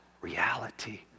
reality